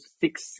six